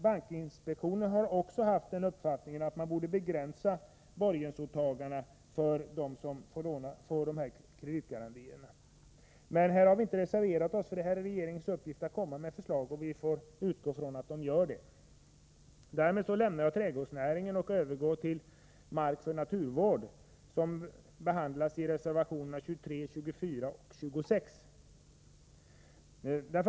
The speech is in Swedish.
Bankinspektionen har också haft den uppfattningen att man borde begränsa borgensåtagandena för dem som får dessa kreditgarantier. På denna punkt har vi dock inte reserverat oss. Det är regeringens uppgift att komma med förslag. Vi utgår från att den gör det. Därmed lämnar jag trädgårdsnäringen och övergår till frågan om mark för naturvård, som behandlas i reservationerna nr 23, 24 och 26.